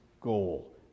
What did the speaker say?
goal